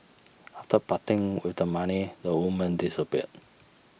after parting with the money the women disappear